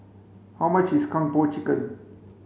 how much is Kung Po chicken